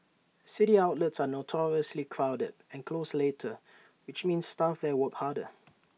city outlets are notoriously crowded and close later which means staff there work harder